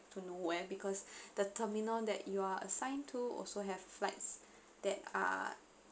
to nowhere because the terminal that you are assigned to also have flights that are